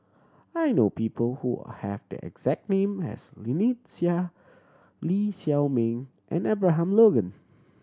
I know people who have the exact name as Lynnette Seah Lee Shao Meng and Abraham Logan